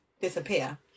disappear